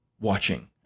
watching